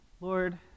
Lord